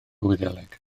wyddeleg